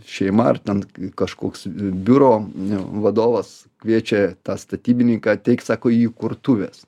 šeima ar ten kažkoks biuro vadovas kviečia tą statybininką ateik sako į įkurtuves